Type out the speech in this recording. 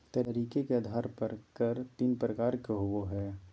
तरीके के आधार पर कर तीन प्रकार के होबो हइ